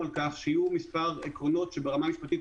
על כך שיהיו מספר עקרונות שברמה המשפטית,